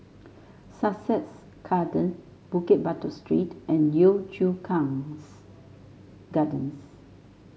Sussex Garden Bukit Batok Street and Yio Chu Kangs Gardens